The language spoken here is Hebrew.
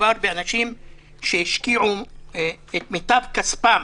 מדובר באנשים שהשקיעו את מיטב כספים.